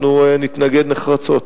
אנחנו נתנגד נחרצות.